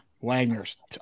Wagner's